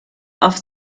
auf